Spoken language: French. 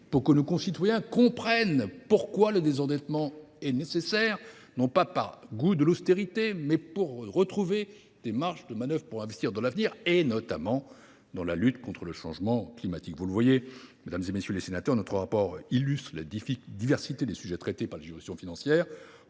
afin que nos citoyens comprennent pourquoi le désendettement est nécessaire, non par goût de l’austérité, mais pour retrouver des marges de manœuvre permettant d’investir dans l’avenir, notamment dans la lutte contre le changement climatique. Vous le voyez, mesdames, messieurs les sénateurs, notre rapport illustre la diversité des sujets traités par les juridictions financières,